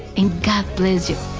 and god bless you.